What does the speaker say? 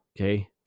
okay